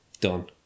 Done